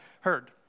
heard